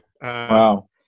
Wow